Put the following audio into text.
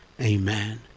Amen